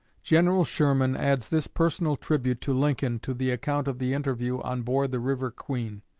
general sherman adds this personal tribute to lincoln to the account of the interview on board the river queen